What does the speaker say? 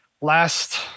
last